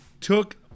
took